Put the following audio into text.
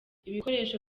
ibikoresho